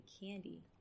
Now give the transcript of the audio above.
candy